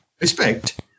respect